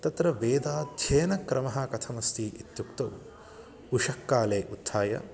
तत्र वेदाध्ययनक्रमः कथमस्ति इत्युक्तौ उषःकाले उत्थाय